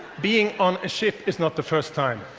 being on a ship, it's not the first time.